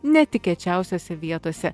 netikėčiausiose vietose